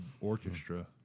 orchestra